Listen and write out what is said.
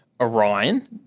Orion